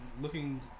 looking